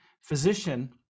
physician